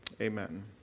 Amen